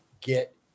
Get